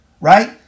right